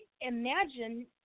imagine